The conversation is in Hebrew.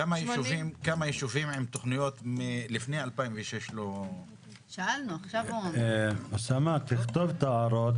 כמה ישובים עם תכניות מלפני 2006 לא --- אוסאמה תכתוב את ההערות,